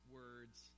words